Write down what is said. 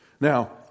Now